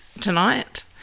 tonight